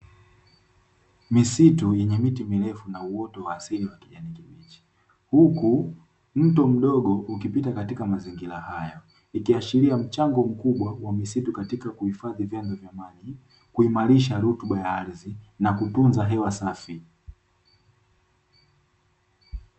Misitu yenye miti mrefu na uoto wa asili wa kijani kibichi huku mto mdogo ukipita katika mazingira hayo, ikiashiria mchango mkubwa wa misitu katika kuifadhi vyanzo vya maji kuimarisha rutuba ya ardhi na kutunza hewa safi.